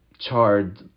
Charred